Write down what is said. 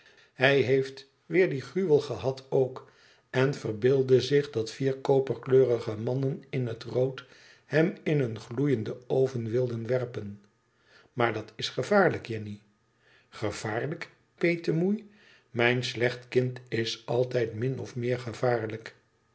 hij heeft weer dien gruwel i gehad ook en verbeeldde zich dat vier koperkleurige mannen in het rood hem in een gloeienden oven wilden werpen maar dat is gevaarlijk jenny gevaarlijk petemoei mijn slecht kind is altijd min of meer gevaarlijk